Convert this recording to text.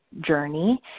journey